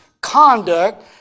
conduct